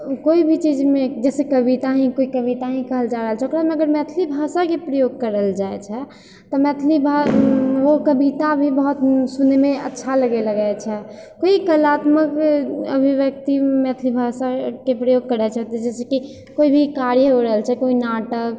केओ भी चीजमे जैसे कविता ही कोइ कविता ही कहल जाए रहल छै ओकरामे अगर मैथिली भाषाके प्रयोग करल जाइत छै तऽ मैथिली लोक कविता भी सुनैमे अच्छा लागे लगै छै कोइ कलात्मक अभिव्यक्ति मैथिली भाषाके प्रयोग करैत छै तऽ जैसे कि कोइ भी कार्य हो रहल छै कोइ नाटक